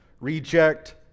reject